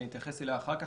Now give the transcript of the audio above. שאני אתייחס אליה אחר כך,